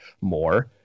more